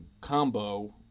combo